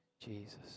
Jesus